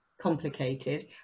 complicated